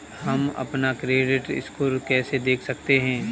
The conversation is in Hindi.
हम अपना क्रेडिट स्कोर कैसे देख सकते हैं?